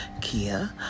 Kia